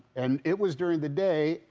and it was during the day,